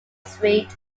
street